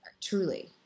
truly